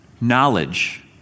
knowledge